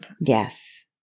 Yes